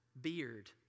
beard